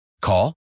Call